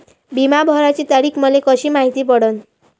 बिमा भराची तारीख मले कशी मायती पडन?